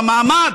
במעמד,